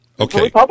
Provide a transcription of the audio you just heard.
Okay